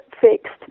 fixed